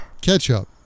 Ketchup